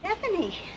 Stephanie